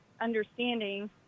understanding